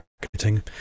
marketing